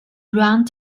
round